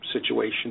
situation